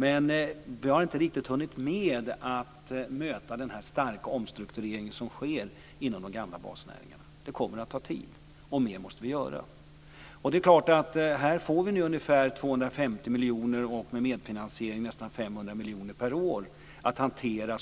Men vi har inte riktigt hunnit med att möta den starka omstrukturering som sker inom de gamla basnäringarna. Det kommer att ta tid, och mer måste göras. Här får vi nu ungefär 250 miljoner, och med medfinansiering nästan 500 miljoner, per år att hantera